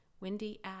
wendy